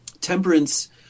temperance